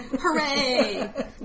Hooray